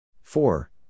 Four